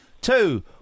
two